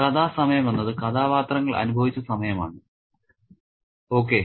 കഥാ സമയം എന്നത് കഥാപാത്രങ്ങൾ അനുഭവിച്ച സമയമാണ് ഓക്കേ